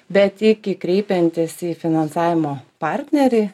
bet iki kreipiantis į finansavimo partnerį